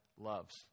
loves